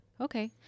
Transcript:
Okay